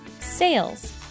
sales